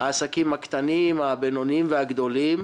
העסקים הקטנים, הבינוניים והגדולים.